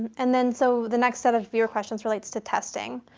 and then, so the next set of viewer questions relates to testing.